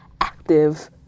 active